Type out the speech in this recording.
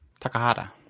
Takahata